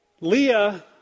Leah